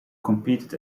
competed